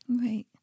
Right